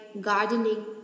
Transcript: gardening